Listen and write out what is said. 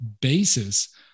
basis